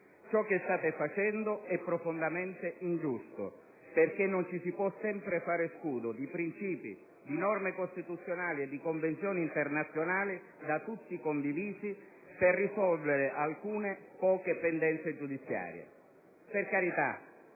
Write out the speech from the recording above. Ciò che state facendo è profondamente ingiusto, perché non ci si può sempre fare scudo di principi, di norme costituzionali e di convenzioni internazionali da tutti condivisi per risolvere alcune, poche, pendenze giudiziarie.